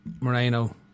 Moreno